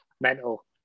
mental